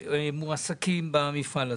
שמועסקים במפעל הזה.